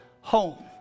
home